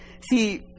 See